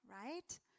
right